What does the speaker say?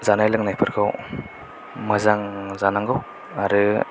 जानाय लोंनायफोरखौ मोजां जानांगौ आरो